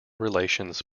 relations